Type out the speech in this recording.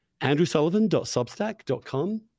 AndrewSullivan.substack.com